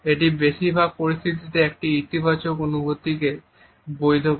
এটি বেশিরভাগ পরিস্থিতিতে একটি ইতিবাচক অনুভূতিকে বৈধ করে